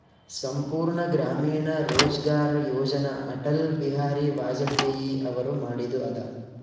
ಸಂಪೂರ್ಣ ಗ್ರಾಮೀಣ ರೋಜ್ಗಾರ್ ಯೋಜನ ಅಟಲ್ ಬಿಹಾರಿ ವಾಜಪೇಯಿ ಅವರು ಮಾಡಿದು ಅದ